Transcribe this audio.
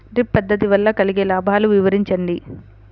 Drip పద్దతి వల్ల కలిగే లాభాలు వివరించండి?